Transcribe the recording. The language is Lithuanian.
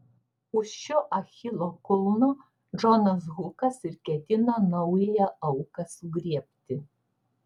už šio achilo kulno džonas hukas ir ketino naująją auką sugriebti